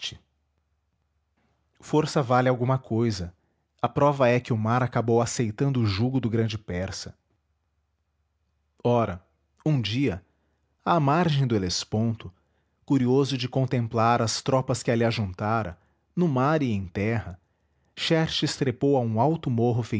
força vale alguma cousa a prova é que o mar acabou aceitando o jugo do grande persa ora um dia à margem do helesponto curioso de contemplar as tropas que ali ajuntara no mar e em terra xerxes trepou a um alto morro